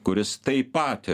kuris taip pat